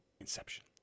Inception